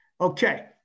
Okay